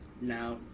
Now